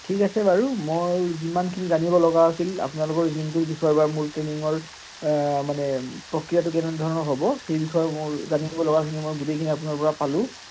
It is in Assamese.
ঠিক আছে বাৰু মই যিমানখিনি জানিব লগা আছিল আপোনালোকৰ জিমটোৰ বিষয়ে বা মোৰ ট্ৰেইনিঙৰ মানে প্ৰক্ৰিয়াটো কেনেধৰণৰ হ'ব সেই বিষয়ে মোৰ জানিব লগাখিনি মই গোটেইখিনি আপোনাৰপৰা পালোঁ